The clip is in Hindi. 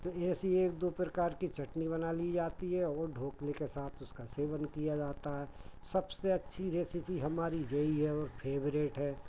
तो ऐसी एक दो प्रकार की चटनी बना ली जाती है वे ढोकले के साथ उसका सेवन किया जाता है सबसे अच्छी रेसिपी हमारी ये ही है और फेवरेट है